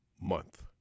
Month